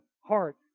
heart